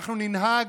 אנחנו ננהג,